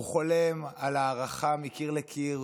הוא חולם על הערכה מקיר לקיר